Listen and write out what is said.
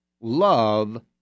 love